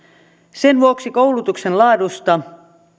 sen vuoksi koulutuksen laadusta